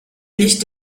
nicht